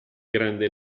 grande